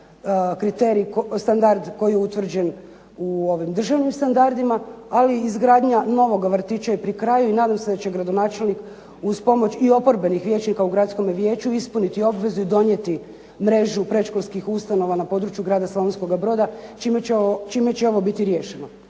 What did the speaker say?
kriterij, standard koji je utvrđen u ovim državnim standardima, ali izgradnja novog vrtića i pri kraju i nadam se da će gradonačelnik uz pomoć i oporbenih vijećnika u gradskome vijeću ispuniti obvezu i donijeti mrežu predškolskih ustanova na području grada Slavonskoga Broda, čime će ovo biti riješeno.